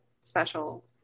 special